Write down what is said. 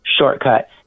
shortcut